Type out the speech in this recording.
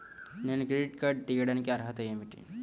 నేను credit card తీయడానికి అర్హత ఏమిటి?